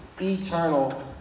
eternal